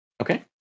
Okay